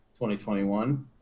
2021